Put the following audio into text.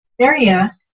area